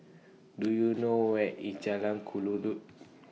Do YOU know Where IS Jalan Kelulut